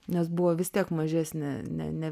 nes buvo vis tiek mažesnė ne ne